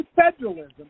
federalism